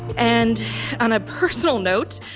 and on a personal note,